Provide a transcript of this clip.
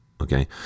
okay